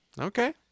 Okay